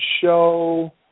show